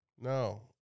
No